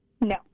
No